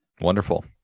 Wonderful